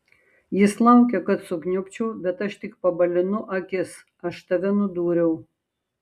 jis laukia kad sukniubčiau bet aš tik pabalinu akis aš tave nudūriau